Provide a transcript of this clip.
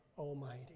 Almighty